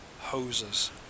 hoses